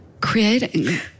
creating